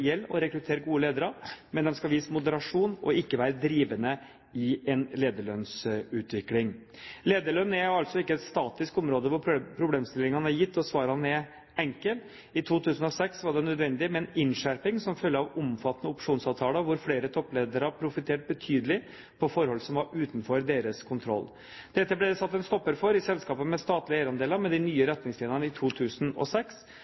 gode ledere, men de skal vise moderasjon og ikke være drivende i en lederlønnsutvikling. Lederlønn er altså ikke et statisk område hvor problemstillingene er gitt og svarene er enkle. I 2006 var det nødvendig med en innskjerping som følge av omfattende opsjonsavtaler hvor flere toppledere profitterte betydelig på forhold som var utenfor deres kontroll. Dette ble det satt en stopper for i selskaper med statlige eierandeler med de nye